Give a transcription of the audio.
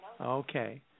Okay